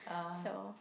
so